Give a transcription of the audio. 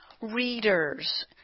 readers